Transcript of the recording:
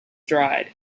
dried